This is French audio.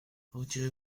retirez